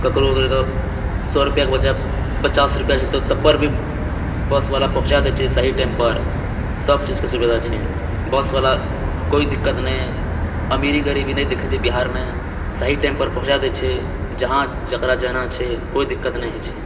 ककरो ककरो सए रूपआके वजह पचास रुपआ छै तऽ पर भी बस बला पहुँचाए दए छै सही टाइम पर सबचीजके सुविधा छै बस बला कोइ दिक्कत नहि अमीरी गरीबी नहि देखैत छै बिहारमे सही टाइम पर पहुँचाए दए छै जहाँ जकरा जाना छै कोइ दिक्कत नहि होइत छै